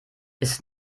ist